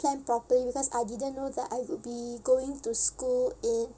plan properly because I didn't know that I would be going to school in